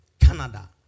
Canada